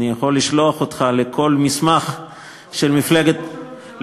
אני יכול לשלוח אותך לכל מסמך של מפלגת,